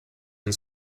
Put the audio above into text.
and